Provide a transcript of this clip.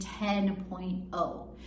10.0